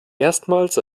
erstmals